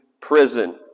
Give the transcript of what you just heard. prison